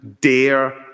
dare